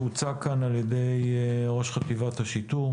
שהוצג כאן על-ידי ראש חטיבת השיטור,